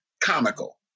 comical